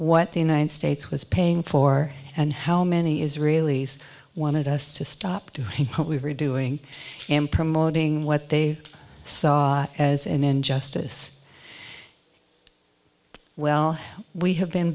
what the united states was paying for and how many israelis wanted us to stop doing what we were doing and promoting what they saw as an injustice well we have been